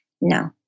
No